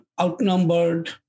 outnumbered